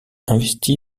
investi